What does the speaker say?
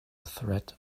threat